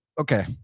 Okay